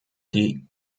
die